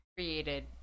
Created